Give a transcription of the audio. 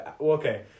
Okay